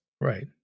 Right